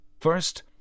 First